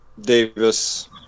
Davis